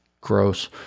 gross